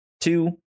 two